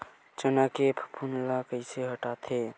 चना के फफूंद ल कइसे हटाथे?